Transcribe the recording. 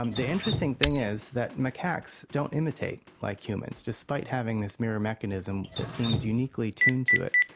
um the interesting thing is that macaques don't imitate like humans, despite having this mirror mechanism that seems uniquely tuned to it.